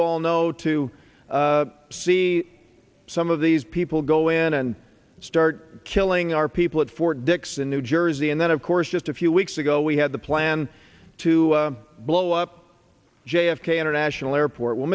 all know to see some of these people go in and start killing our people at fort dix in new jersey and then of course just a few weeks ago we had the plan to blow up j f k international airport well